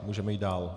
Můžeme jít dál.